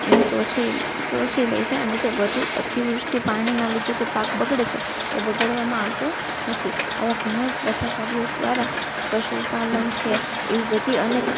એને શોષી લે છે અને જે વધુ અતિવૃષ્ટિ પાણીના લીધે જે પાક બગડે છે એ બગાડવામાં આવતો નથી આવાં ઘણાં બધાં કાર્યો દ્વારા પશુપાલન છે એવી બધી અનેક